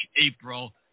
April